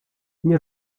nie